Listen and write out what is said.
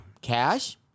cash